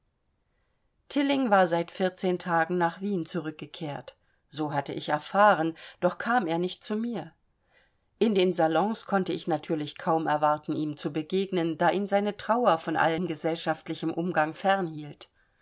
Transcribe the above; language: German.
tilling war seit vierzehn tagen nach wien zurückgekehrt so hatte ich erfahren doch kam er nicht zu mir in den salons konnte ich natürlich nicht erwarten ihm zu begegnen da ihn seine trauer von allem gesellschaftlichen umgang fern hielt